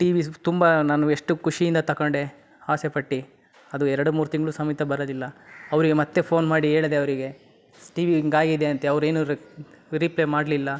T V ಸ್ ತುಂಬ ನಾನು ಎಷ್ಟು ಖುಷಿಯಿಂದ ತಗಂಡೆ ಆಸೆಪಟ್ಟು ಅದು ಎರಡು ಮೂರು ತಿಂಗಳು ಸಮೇತ ಬರಲಿಲ್ಲ ಅವ್ರಿಗೆ ಮತ್ತೆ ಫೋನ್ ಮಾಡಿ ಹೇಳ್ದೆ ಅವರಿಗೆ ಟಿ ವಿ ಹಿಂಗ್ ಆಗಿದೆ ಅಂತ ಅವರೇನು ರಿಪ್ ರೀಪ್ಲೈ ಮಾಡಲಿಲ್ಲ